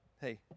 hey